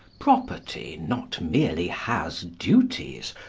property not merely has duties,